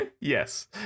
Yes